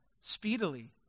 speedily